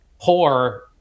poor